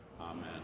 Amen